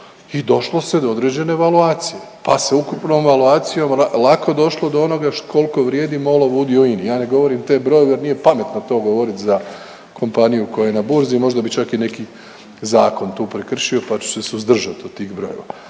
i došlo se do određene evaluacije, pa se ukupnom evaluacijom lako došlo do onoga koliko vrijedi MOL-ov udio u INI. Ja ne govorim te brojeve jer nije pametno to govoriti za kompaniju koja je na burzi, možda bi čak i neki zakon tu prekršio pa ću se suzdržati od tih brojeva.